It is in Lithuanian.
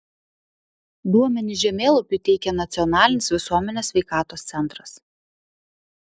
duomenis žemėlapiui teikia nacionalinis visuomenės sveikatos centras